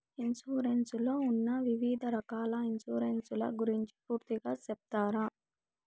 Insurance లో ఉన్న వివిధ రకాల ఇన్సూరెన్సు ల గురించి పూర్తిగా సెప్తారా?